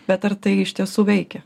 bet ar tai iš tiesų veikia